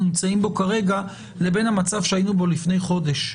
נמצאים בו כרגע לבין המצב שהיינו בו לפני חודש.